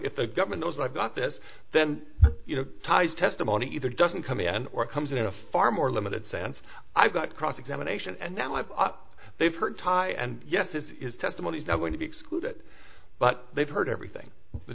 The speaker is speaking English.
if the government knows i've got this then you know ties testimony either doesn't come in or comes in a far more limited sense i've got cross examination and now live up i've heard tie and yes it is testimony is now going to be excluded but they've heard everything the